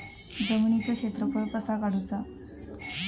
जमिनीचो क्षेत्रफळ कसा काढुचा?